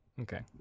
Okay